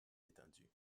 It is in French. étendu